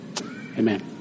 Amen